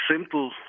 simple